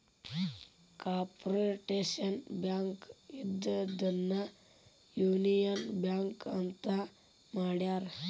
corporation bank ಇದ್ದಿದ್ದನ್ನ union bank ಅಂತ ಮಾಡ್ಯಾರ